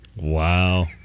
Wow